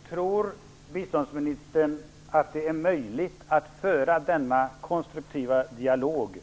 Herr talman! Jag har en kort följdfråga. Tror biståndsministern att det är möjligt att föra denna konstruktiva dialog